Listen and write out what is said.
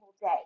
day